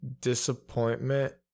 disappointment